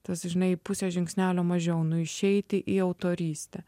tas žinai pusę žingsnelio mažiau nu išeiti į autorystę